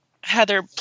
heather